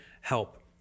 help